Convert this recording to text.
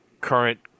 current